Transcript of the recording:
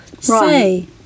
say